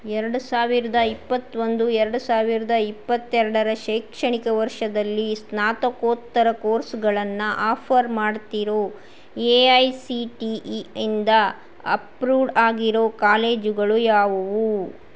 ಎರಡು ಸಾವಿರದ ಇಪ್ಪತ್ತೊಂದು ಎರಡು ಸಾವಿರದ ಇಪ್ಪತ್ತೆರಡರ ಶೈಕ್ಷಣಿಕ ವರ್ಷದಲ್ಲಿ ಸ್ನಾತಕೋತ್ತರ ಕೋರ್ಸ್ಗಳನ್ನು ಆಫರ್ ಮಾಡ್ತಿರೊ A I C T E ಇಂದ ಅಪ್ರೂವ್ಡ್ ಆಗಿರೊ ಕಾಲೇಜುಗಳು ಯಾವುವು